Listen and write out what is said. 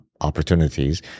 opportunities